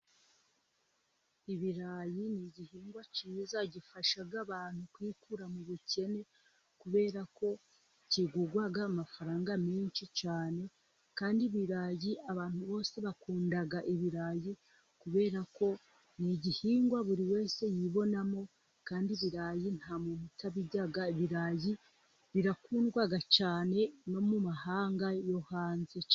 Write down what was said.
Ibirayi ni igihingwa cyiza gifasha abantu kwikura mu bukene, kubera ko kigurwa amafaranga menshi cyane, kandi ibirayi abantu bose bakunda ibirayi kubera ko ni igihingwa buri wese yibonamo kandi ibirayi nta muntu utabirya, ibirayi birakundwa cyane no mu mahanga yo hanze.